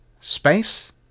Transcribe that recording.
space